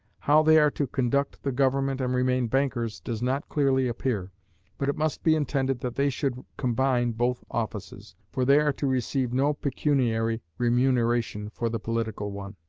how they are to conduct the government and remain bankers, does not clearly appear but it must be intended that they should combine both offices, for they are to receive no pecuniary remuneration for the political one.